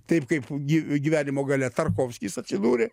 taip kaip gi gyvenimo gale tarkovskis atsidūrė